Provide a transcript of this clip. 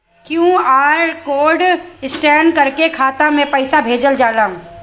QR code scan करके खाता में पैसा भेजल जाला का?